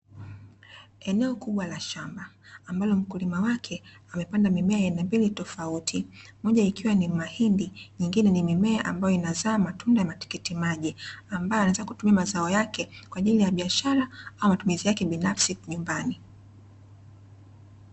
Eneo kubwa la shamba ambalo mkulima wake amepanda mimea ya aina mbili tofauti, moja ikiwa ni mahindi, nyingine ni mimea ambayo inazaa matunda ya matikiti maji, ambayo anaweza kutumia mazao yake kwaajili ya biashara au matumizi yake binafsi nyumbani.